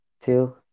Two